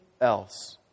else